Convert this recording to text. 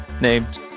named